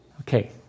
Okay